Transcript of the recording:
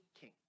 king